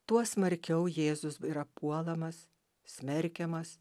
tuo smarkiau jėzus yra puolamas smerkiamas